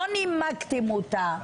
לא נימקתם אותה,